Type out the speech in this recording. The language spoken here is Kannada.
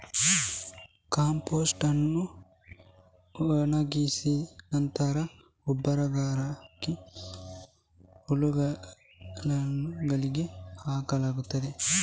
ಕಾಂಪೋಸ್ಟ್ ಅನ್ನು ಒಣಗಿಸಿ ನಂತರ ಗೊಬ್ಬರಕ್ಕಾಗಿ ಹುಲ್ಲುಗಾವಲುಗಳಿಗೆ ಹಾಕಲಾಗುತ್ತದೆ